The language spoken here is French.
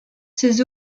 ces